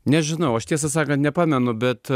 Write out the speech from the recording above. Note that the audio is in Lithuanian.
nežinau aš tiesą sakant nepamenu bet